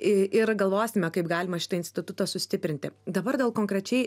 ir galvosime kaip galima šitą institutą sustiprinti dabar dėl konkrečiai